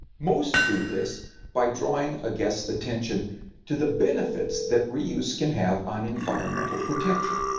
most do this by drawing a guest's attention to the benefits that reuse can have on environmental protection.